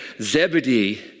Zebedee